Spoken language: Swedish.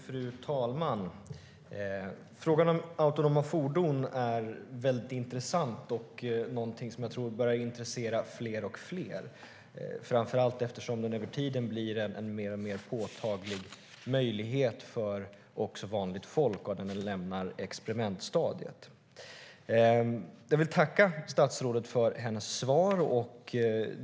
Fru talman! Frågan om autonoma fordon är mycket intressant och något som jag tror börjar intressera fler och fler, framför allt eftersom det med tiden blir en alltmer påtaglig möjlighet också för vanligt folk, alltså när dessa fordon lämnar experimentstadiet. Jag vill tacka statsrådet för hennes svar.